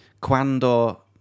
cuando